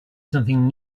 something